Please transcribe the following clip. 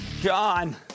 John